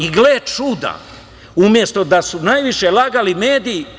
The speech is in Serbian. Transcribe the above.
I gle čuda, umesto da su najviše lagali mediji.